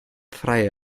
freie